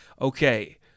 okay